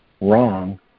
wrong